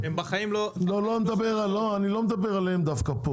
הם בחיים לא --- אני לא מדבר דווקא עליהם.